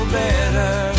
better